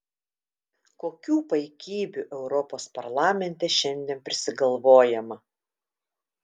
kokių paikybių europos parlamente šiandien prisigalvojama